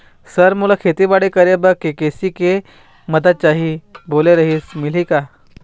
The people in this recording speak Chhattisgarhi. सर मोला खेतीबाड़ी करेबर के.सी.सी के मंदत चाही बोले रीहिस मिलही का?